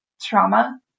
trauma